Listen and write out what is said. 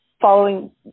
following